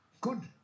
Good